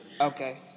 Okay